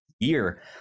year